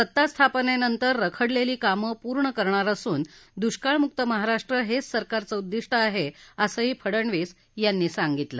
सत्ता स्थापनेनंतर रखडलेली काम पूर्ण करणार असून दुष्काळमुक्त महाराष्ट्र हेच सरकारचं उद्दिष्ट आहे असंही फडणवीस यांनी सांगितलं